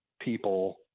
people